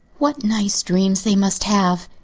what nice dreams they must have!